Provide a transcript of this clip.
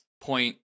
point